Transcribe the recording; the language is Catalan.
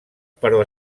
però